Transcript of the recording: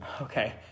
Okay